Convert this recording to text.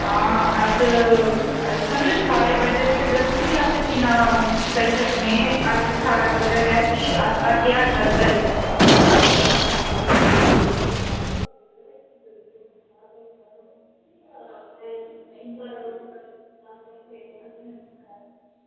तां अस मतलब साढ़ा बजट ते दस्सो निं अस किन्ना करी सकने अस साढ़ा बजट ऐ की अस अट्ठ ज्हार तगर करी सकने